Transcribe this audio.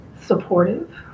supportive